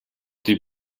die